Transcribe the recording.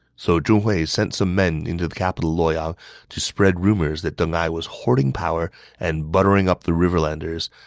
so zhong hui sent some men into the capital luoyang to spread rumors that deng ai was hoarding power and buttering up the riverlanders,